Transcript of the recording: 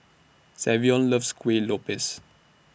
Savion loves Kuih Lopes